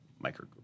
micro